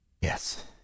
Yes